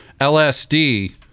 LSD